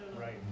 right